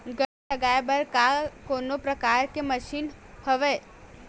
गन्ना लगाये बर का कोनो प्रकार के मशीन हवय?